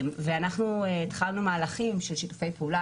אנחנו התחלנו מהלכים של שיתופי פעולה,